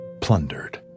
plundered